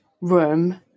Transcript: room